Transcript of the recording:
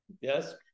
Yes